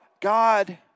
God